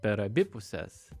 per abi puses